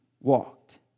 walked